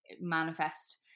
manifest